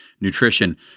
Nutrition